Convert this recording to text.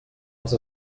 els